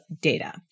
data